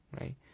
right